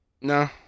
No